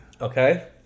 Okay